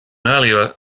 earlier